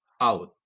out